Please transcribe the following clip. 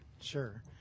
Sure